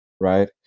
right